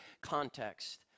context